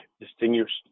Distinguished